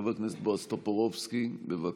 חבר הכנסת בועז טופורובסקי, בבקשה.